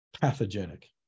pathogenic